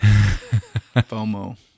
FOMO